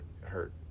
hurt